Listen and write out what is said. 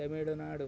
Tamil Nadu